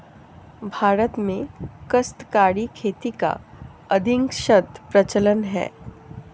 भारत में काश्तकारी खेती का अधिकांशतः प्रचलन है